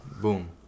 Boom